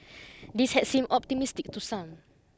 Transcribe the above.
this had seemed optimistic to some